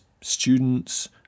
students